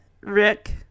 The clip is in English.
Rick